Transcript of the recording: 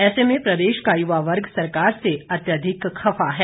ऐसे में प्रदेश का युवा वर्ग सरकार से अत्यधिक खफा है